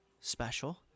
special